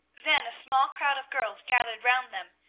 then a small crowd of girls gathered round them,